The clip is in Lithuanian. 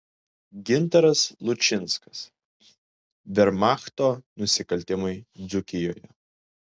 gintaras lučinskas vermachto nusikaltimai dzūkijoje